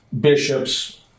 bishops